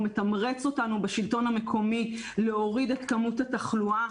הוא מתמרץ אותנו בשלטון המקומי להוריד את כמות התחלואה.